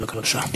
בבקשה.